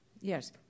Yes